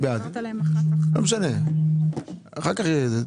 לא משנה, אחר כך.